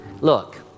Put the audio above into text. Look